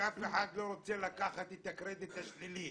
שאף אחד לא רוצה לקחת את הקרדיט השלילי